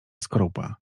skorupa